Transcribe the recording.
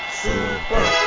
Super